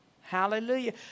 Hallelujah